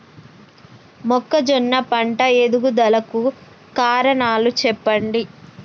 మొక్కజొన్న పంట ఎదుగుదల కు కారణాలు చెప్పండి?